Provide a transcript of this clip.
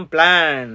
Plan